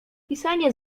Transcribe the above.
pisanie